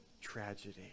tragedy